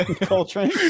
Coltrane